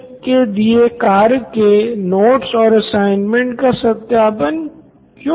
Siddharth Maturi CEO Knoin electronics कक्षा प्रतिनिधि या क्लास कैप्टन के पास और भी बहुत सी जिम्मेदारियाँ होती है